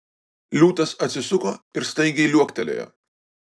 liūtas atsisuko ir staigiai liuoktelėjo